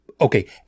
okay